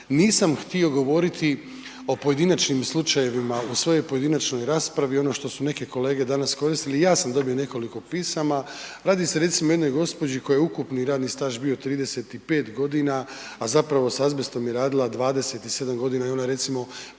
Nisam htio govoriti o pojedinačnim slučajevima u svojoj pojedinačnoj raspravi ono što su neke kolege danas koristili, i ja sam dobio nekoliko pisama, radi se recimo o jednoj gospođi kojoj je ukupni radni staž bio 35.g., a zapravo s azbestom je radila 27.g. i ona je recimo